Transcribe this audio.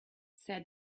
said